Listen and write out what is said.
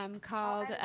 called